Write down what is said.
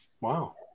Wow